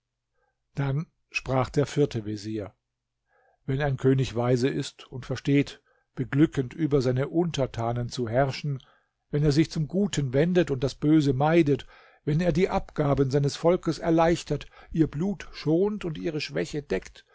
dann sprach der vierte vezier wenn ein könig weise ist und versteht beglückend über seine untertanen zu herrschen wenn er sich zum guten wendet und das böse meidet wenn er die abgaben seines volkes erleichtert ihr blut schont und ihre schwäche deckt